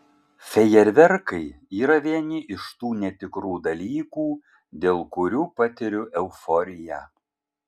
fejerverkai yra vieni iš tų netikrų dalykų dėl kurių patiriu euforiją